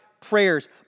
prayers